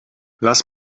lass